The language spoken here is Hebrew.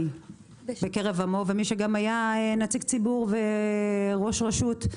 בקרב עמו ומי שהיה נציג ציבור וראש רשות.